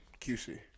QC